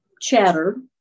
chatter